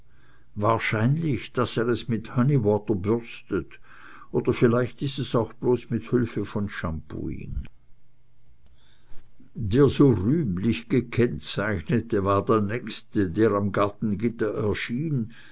wahrscheinlich daß er es mit honey water bürstet oder vielleicht ist es auch bloß mit hülfe von shampooing der so rühmlich gekennzeichnete war der nächste der am gartengitter erschien